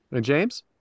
James